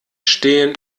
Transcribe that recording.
stehen